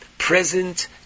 present